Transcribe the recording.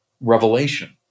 revelation